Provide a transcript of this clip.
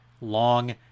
long